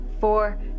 four